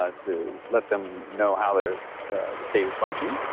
ah to let them know how their state is functioning.